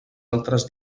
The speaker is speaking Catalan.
altres